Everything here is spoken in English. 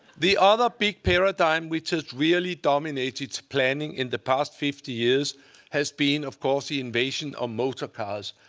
the other big paradigm which has really dominated planning in the past fifty years has been, of course the invasion of motor cars.